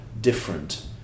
different